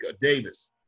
Davis